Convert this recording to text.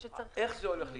איך זה הולך להתבצע?